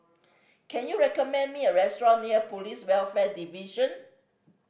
can you recommend me a restaurant near Police Welfare Division